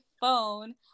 phone